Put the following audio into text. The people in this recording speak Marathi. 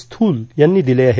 थूल यांनी दिले आहेत